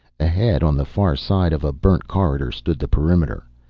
ahead, on the far side of a burnt corridor, stood the perimeter.